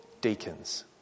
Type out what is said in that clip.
deacons